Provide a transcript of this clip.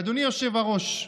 אדוני היושב-ראש,